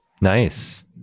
nice